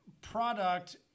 product